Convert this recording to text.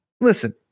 listen